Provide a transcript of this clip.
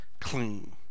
clean